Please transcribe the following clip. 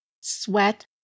Sweat